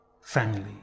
Family